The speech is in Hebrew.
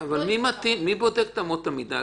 מי בודק את אמות המידה?